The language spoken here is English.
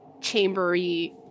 chambery